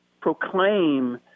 proclaim